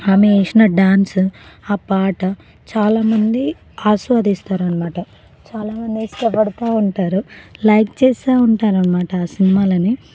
ఆమె వేసిన డాన్స్ ఆ పాట చాలామంది ఆస్వాదిస్తారనమాట చాలా మంది ఇష్టపడతా ఉంటారు లైక్ చేస్తా ఉంటారనమాట ఆ సినిమాలని